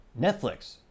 Netflix